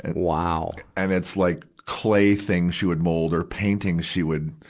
and wow! and it's like clay things she would mold or painting she would,